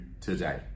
today